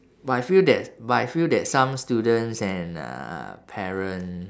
but I feel that but I feel that some students and uh parents